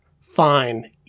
Fine